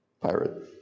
Pirate